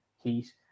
heat